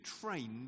trained